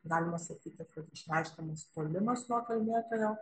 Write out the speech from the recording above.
galima sakyti kad išreiškiamas tolimas nuo kalbėtojo